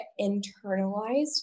internalized